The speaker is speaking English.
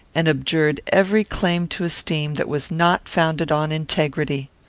and abjured every claim to esteem that was not founded on integrity.